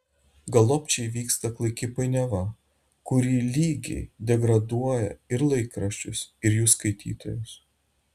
galop čia įvyksta klaiki painiava kuri lygiai degraduoja ir laikraščius ir jų skaitytojus